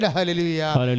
Hallelujah